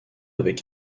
avec